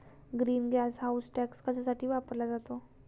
Green gas house tax कशासाठी वापरला जातो?